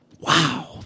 Wow